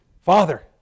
father